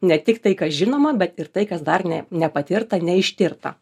ne tik tai kas žinoma bet ir tai kas dar ne nepatirta ir neištirta